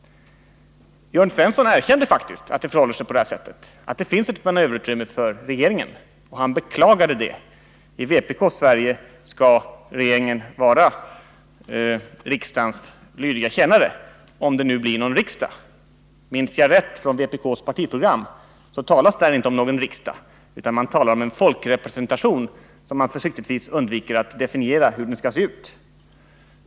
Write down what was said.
Jörn Svensson erkände faktiskt att det förhåller sig på det här sättet, dvs. att det finns ett manöverutrymme för regeringen. Han beklagade det. I vpk:s Sverige skall regeringen vara riksdagens lydiga tjänare — om det nu blir någon riksdag. Minns jag rätt från vpk:s partiprogram talas där inte om någon riksdag, utan man talar om en folkrepresentation. Hur den skall se ut undviker man försiktigtvis att definiera.